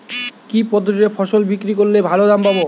কি পদ্ধতিতে ফসল বিক্রি করলে ভালো দাম পাব?